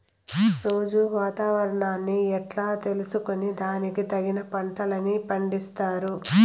రోజూ వాతావరణాన్ని ఎట్లా తెలుసుకొని దానికి తగిన పంటలని పండిస్తారు?